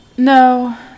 No